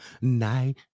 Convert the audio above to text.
Night